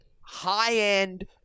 high-end